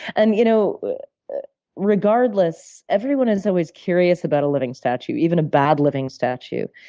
and, you know regardless, everyone is always curious about a living statue, even a bad living statue.